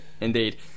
indeed